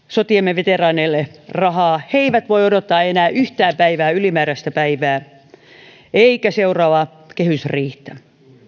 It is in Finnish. sotiemme veteraaneille rahaa he eivät voi odottaa enää yhtään ylimääräistä päivää eivätkä seuraavaa kehysriihtä